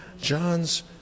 John's